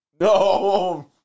No